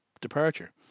departure